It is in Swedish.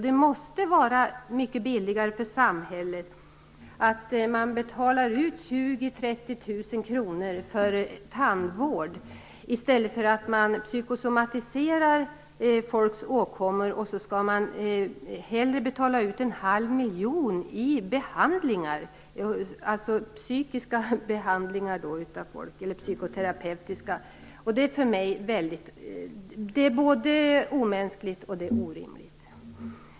Det måste vara mycket billigare för samhället att betala ut 20 000-30 000 kr för tandvård i stället för att psykosomatisera folks åkommor och hellre betala ut en halv miljon på psykoterapeutiska behandlingar. Det är både omänskligt och orimligt.